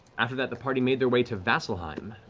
after that, the party made their way to vasselheim.